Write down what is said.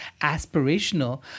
aspirational